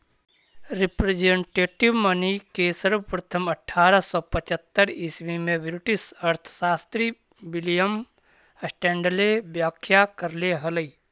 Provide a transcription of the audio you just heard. representative money के सर्वप्रथम अट्ठारह सौ पचहत्तर ईसवी में ब्रिटिश अर्थशास्त्री विलियम स्टैंडले व्याख्या करले हलई